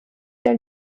der